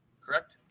Correct